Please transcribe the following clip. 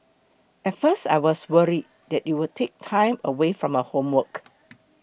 at first I was worried that it would take time away from her homework